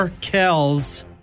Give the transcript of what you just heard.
Kells